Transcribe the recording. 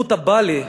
"בא לי"